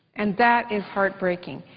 and that is heartbreaking.